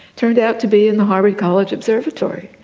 turned out to be in the harvard college observatory.